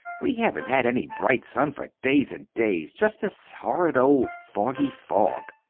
we haven't had any bright sun for days and days just this horrid old foggy fog.